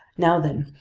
now then,